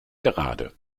gerade